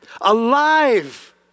Alive